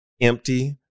empty